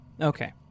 Okay